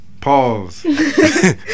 Pause